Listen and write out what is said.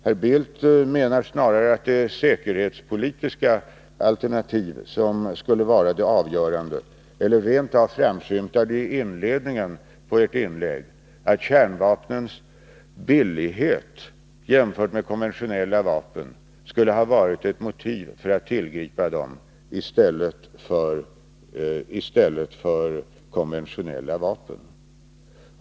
Herr Bildt menar snarare att det är säkerhetspolitiska alternativ som skulle vara det avgörande. Det framskymtade rent avi inledningen av ert inlägg att kärnvapnens billighet jämfört med konventionella vapen skulle ha varit ett motiv för att tillgripa dem i stället för konventionella vapen.